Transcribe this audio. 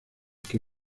que